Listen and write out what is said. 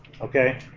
okay